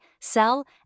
sell